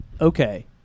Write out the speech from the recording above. Okay